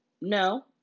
No